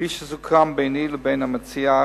כפי שסוכם ביני לבין המציעה,